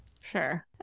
sure